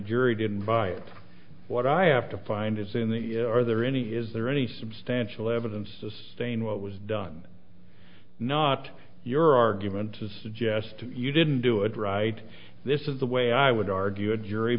jury didn't buy it what i have to find is in the are there any is there any substantial evidence to stain what was done not your argument to suggest you didn't do it right this is the way i would argue a jury